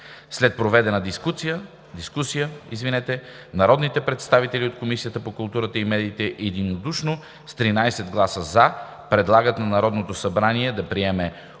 След проведената дискусия народните представители от Комисията по културата и медиите единодушно с 13 гласа „за“ предлагат на Народното събрание да приеме